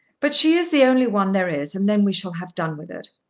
but she is the only one there is, and then we shall have done with it.